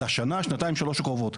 לשנה שנתיים שלוש הקרובות.